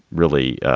really